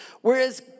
Whereas